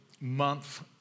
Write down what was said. month